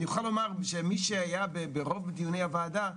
אני יכול לומר שמי שהיה ברוב דיוני הוועדה,